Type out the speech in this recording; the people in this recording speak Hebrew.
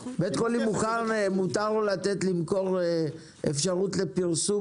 בית חולים מותר לתת לו למכור אפשרות של פרסום